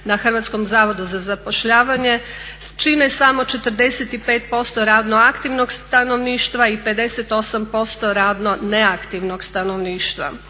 na Hrvatskom zavodu za zapošljavanje, čine samo 45% radno aktivnog stanovništva i 58% radno neaktivnog stanovništva.